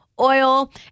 Oil